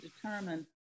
determine